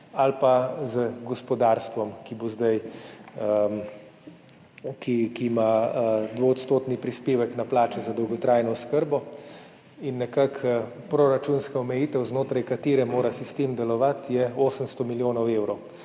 ali pa z gospodarstvom, ki ima 2-odstotni prispevek na plače za dolgotrajno oskrbo. Proračunska omejitev, znotraj katere mora sistem delovati, je 800 milijonov evrov